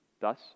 thus